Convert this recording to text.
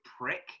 prick